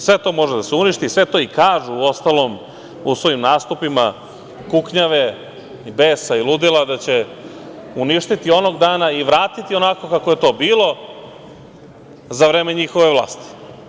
Sve to može da se uništi, sve to, i kažu uostalom, u svojim nastupima kuknjave, besa i ludila, da će uništiti onog dana i vratiti onako kako je to bilo za vreme njihove vlasti.